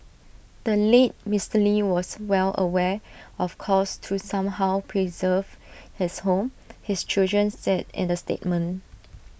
the late Mister lee was well aware of calls to somehow preserve his home his children said in the statement